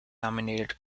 nominated